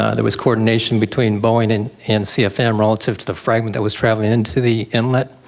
ah there was coordination between boeing and and cfm relative to the fragment that was traveling into the inlet.